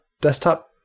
desktop